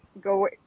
go